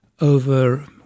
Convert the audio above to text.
over